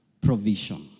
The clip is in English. provision